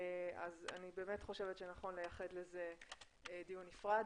אני באמת חושבת שנכון לייחד לזה דיון נפרד.